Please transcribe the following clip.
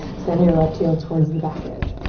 send your left heel towards the back edge.